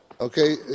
okay